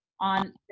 on